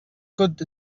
good